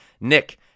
Nick